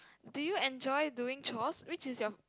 do you enjoy doing chores which is your